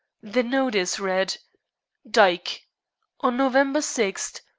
the notice read dyke on november six,